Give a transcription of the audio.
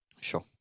sure